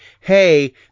hey